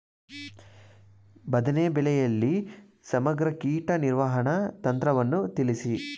ಬದನೆ ಬೆಳೆಯಲ್ಲಿ ಸಮಗ್ರ ಕೀಟ ನಿರ್ವಹಣಾ ತಂತ್ರವನ್ನು ತಿಳಿಸಿ?